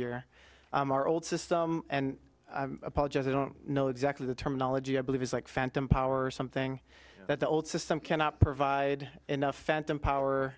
year our old system and i apologize i don't know exactly the terminology i believe is like phantom power something that the old system cannot provide enough phantom power